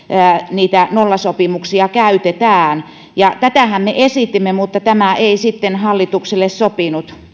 niitä nollasopimuksia käytetään tätähän me esitimme mutta tällainen muutos ei sitten hallitukselle sopinut